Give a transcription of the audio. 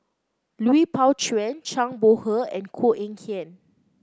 Lui Pao Chuen Zhang Bohe and Koh Eng Kian